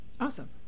Awesome